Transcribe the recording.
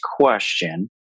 question